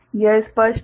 यह स्पष्ट है